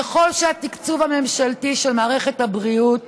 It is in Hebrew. ככל שהתקצוב הממשלתי של מערכת הבריאות